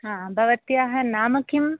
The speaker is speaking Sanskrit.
हा भवत्याः नाम किम्